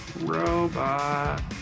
Robot